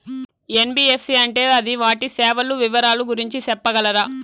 NBFC అంటే అది వాటి సేవలు వివరాలు గురించి సెప్పగలరా?